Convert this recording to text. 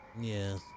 Yes